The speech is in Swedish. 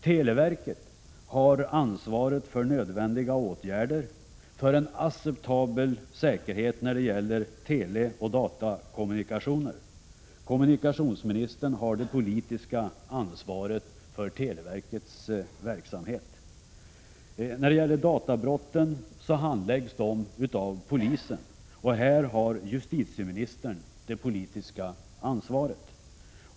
Televerket har ansvaret för nödvändiga åtgärder för en acceptabel säkerhet när det gäller teleoch datakommunikationer. Kommunikationsministern har det politiska ansvaret för televerkets verksamhet. Databrotten handläggs av polisen. Här har justitieministern det politiska ansvaret.